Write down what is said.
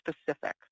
specific